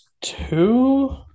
two